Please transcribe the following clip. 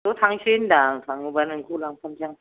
ज' थांनोसै होनदां थाङोब्ला नोंखौ लांफानोसै आं